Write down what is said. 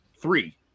three